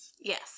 Yes